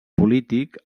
polític